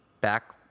back